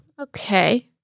Okay